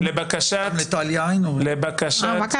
לרבות בית המשפט העליון ואני מבין שעוד היה תיקון בעניין הזה בהצעה,